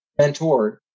mentored